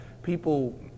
people